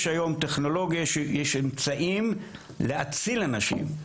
יש היום אמצעים להציל אנשים.